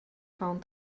found